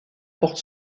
porte